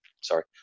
Sorry